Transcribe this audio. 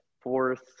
fourth